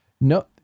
no